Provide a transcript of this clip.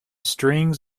strings